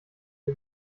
der